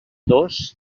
dos